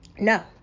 No